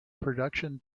production